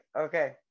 Okay